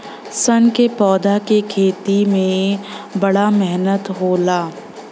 सन क पौधा के खेती में बड़ा मेहनत होला